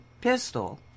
pistol